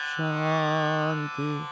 Shanti